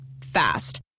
Fast